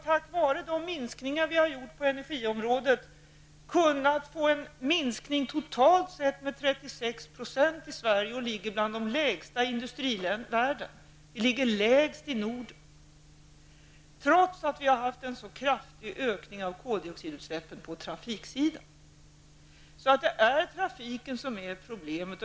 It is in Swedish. Tack vare minskningarna på energiområdet har vi totalt sett åstadkommit en minskning med 36 % och därmed har Sverige en av de lägsta nivåerna bland industriländerna i världen. Vi ligger lägst i Norden, trots att vi har haft en så kraftig ökning av koldioxidutsläppen på trafiksidan. Det är alltså trafiken som är det stora problemet.